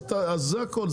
אז זה הכל.